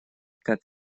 как